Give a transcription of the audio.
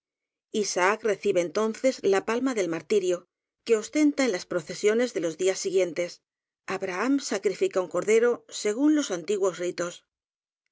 isaac recibe entonces la palma del martirio que ostenta en las procesiones de los días siguientes abraham sacrifica un cordero según los antiguos ritos